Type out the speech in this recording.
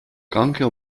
kranke